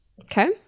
Okay